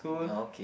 oh okay